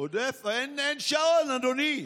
אין שעון, אדוני.